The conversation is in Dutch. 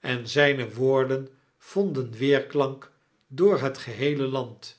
en zpe woorden vonden weerklank door het geheele land